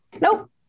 Nope